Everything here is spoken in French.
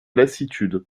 lassitude